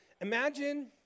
Imagine